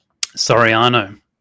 Soriano